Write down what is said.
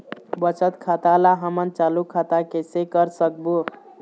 बचत खाता ला हमन चालू खाता कइसे कर सकबो?